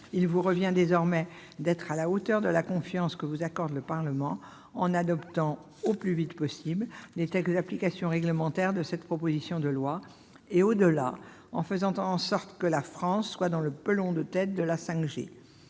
Il vous revient désormais d'être à la hauteur de la confiance que vous accorde le Parlement, en adoptant le plus vite possible les textes réglementaires d'application de cette proposition de loi et, au-delà, en faisant en sorte que la France soit dans le peloton de tête de la 5G.